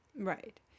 right